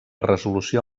resolució